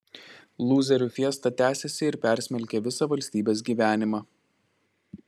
lūzerių fiesta tęsiasi ir persmelkia visą valstybės gyvenimą